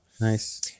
Nice